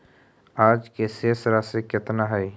आज के शेष राशि केतना हई?